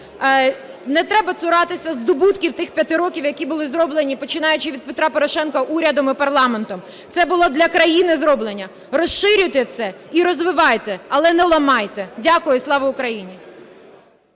Не треба цуратися здобутків тих 5 років, які були зроблені, починаючи від Петра Порошенка, урядом і парламентом. Це було для країни зроблено, розширюйте це і розвивайте, але не ламайте. Дякую. Слава Україні!